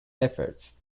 efforts